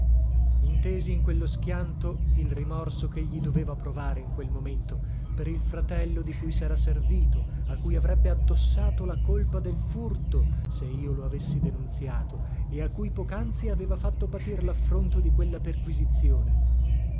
intesi in quello schianto il rimorso chegli doveva provare in quel momento per il fratello di cui si era servito a cui avrebbe addossato la colpa del furto se io lo avessi denunziato e a cui pocanzi aveva fatto patir laffronto di quella perquisizione